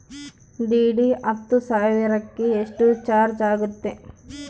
DD ಹತ್ತು ಸಾವಿರಕ್ಕೆ ಎಷ್ಟು ಚಾಜ್೯ ಆಗತ್ತೆ?